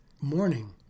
morning